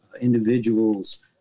individuals